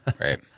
Right